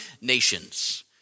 nations